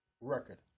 record